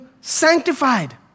sanctified